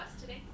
today